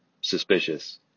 suspicious